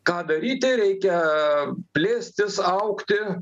ką daryti reikia plėstis augti